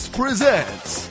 presents